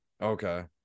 Okay